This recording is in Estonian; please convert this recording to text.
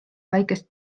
väikest